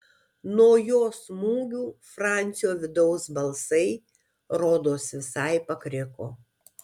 nuo jo smūgių francio vidaus balsai rodos visai pakriko